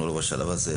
אנחנו לא בשלב הזה.